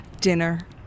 Dinner